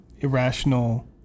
irrational